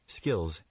skills